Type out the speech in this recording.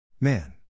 Man